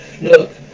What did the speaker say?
Look